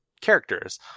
characters